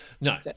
No